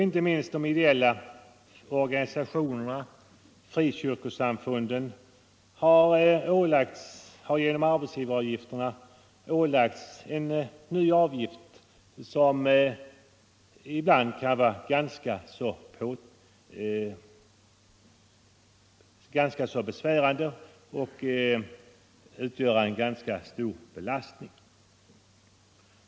Inte minst de ideella organisationerna och frikyrkosamfunden har genom arbetsgivaravgifterna ålagts en ny kostnad, som ibland kan vara ganska besvärande och utgöra en stor belastning.